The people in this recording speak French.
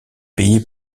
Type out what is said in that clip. payé